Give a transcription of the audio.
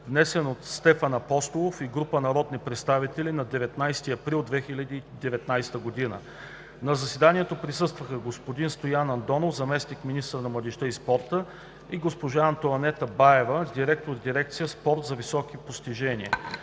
внесен от Стефан Апостолов и група народни представители на 19 април 2019 г. На заседанието присъстваха: господин Стоян Андонов – заместник-министър на младежта и спорта, и госпожа Антоанета Боева – директор дирекция „Спорт за високи постижения“.